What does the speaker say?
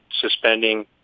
suspending